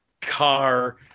car